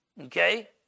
okay